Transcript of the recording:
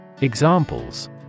Examples